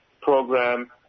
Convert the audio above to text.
program